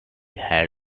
held